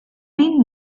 been